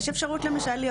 יש אפשרות למשל,